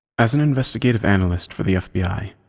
as an investigative analyst for the fbi,